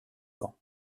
quand